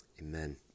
Amen